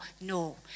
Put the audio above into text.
no